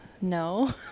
No